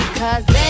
cause